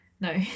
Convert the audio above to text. No